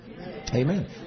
Amen